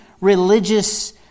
religious